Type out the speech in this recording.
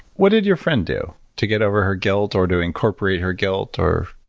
what did your friend do to get over her guilt or to incorporate her guilt or.